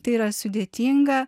tai yra sudėtinga